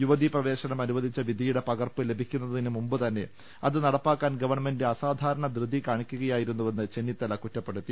യുവതി പ്രവേശനം അനുവദിച്ച വിധിയുടെ പകർപ്പ് ലഭിക്കു ന്ന തിന് മുമ്പ് തന്നെ അത് നടപ്പാക്കാൻ ഗവൺമെന്റ് അസാധാരണ ധൃതി കാണിക്കുകയായിരുന്നുവെന്ന് ചെന്നിത്തല കുറ്റപ്പെടുത്തി